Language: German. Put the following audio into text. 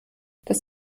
das